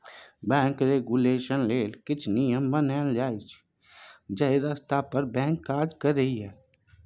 bank regulation लेल किछ नियम बनाएल जाइ छै जाहि रस्ता पर बैंक काज करय